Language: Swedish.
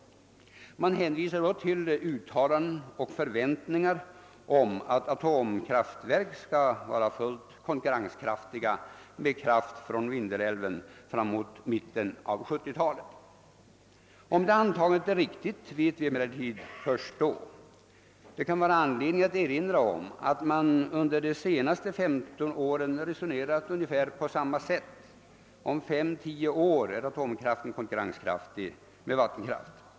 Man hänvisar då till uttalanden och förväntningar om att atomkraftverkens produktion skall vara fullt konkurrenskraftig med kraft från Vindelälven vid mitten av 1970 talet. Om detta antagande är riktigt vet vi emellertid först då. Det kan vara anledning att erinra om att man under de senaste 15 åren resonerat på ungefär samma sätt, d. v. s. att atomkraften om 5—10 år kommer att vara konkurrenskraftig i förhållande till vattenkraften.